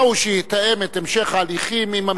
ההסכמה היא שיתאם את המשך ההליכים עם הממשלה.